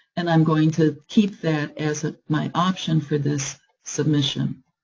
and i'm going to keep that as ah my option for this submission.